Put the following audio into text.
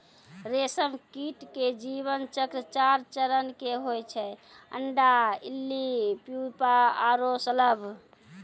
रेशम कीट के जीवन चक्र चार चरण के होय छै अंडा, इल्ली, प्यूपा आरो शलभ